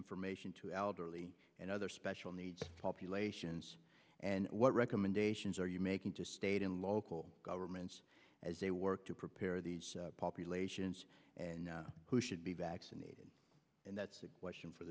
information to elderly and other special needs populations and what recommendations are you making to state and local governments as they work to prepare these populations and who should be vaccinated and that's a question for